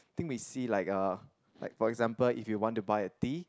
think we see like uh like for example if you want to buy a tea